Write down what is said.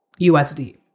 USD